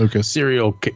serial